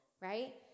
Right